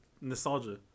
Nostalgia